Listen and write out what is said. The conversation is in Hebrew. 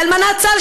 לאלמנת צה"ל,